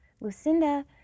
Lucinda